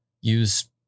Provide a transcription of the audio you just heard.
use